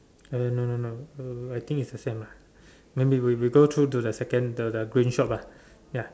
uh no no no uh I think is the same lah then we we go through to the second the the green shop lah ya